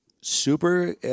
super